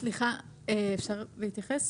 סליחה, אפשר להתייחס?